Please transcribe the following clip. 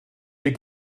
der